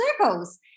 circles